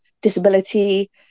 disability